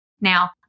Now